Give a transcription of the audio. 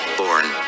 born